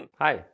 Hi